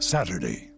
Saturday